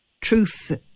truth